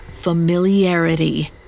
familiarity